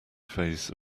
phase